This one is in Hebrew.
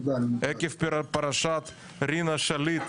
עקב פרשת רינה שליט,